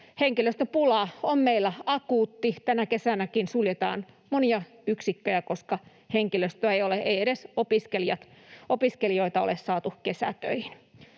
Henkilöstöpula on meillä akuutti — tänä kesänäkin suljetaan monia yksikköjä, koska henkilöstöä ei ole, eikä edes opiskelijoita ole saatu kesätöihin.